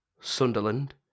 Sunderland